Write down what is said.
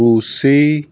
ਤੁਸੀਂ